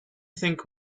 think